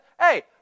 hey